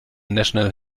national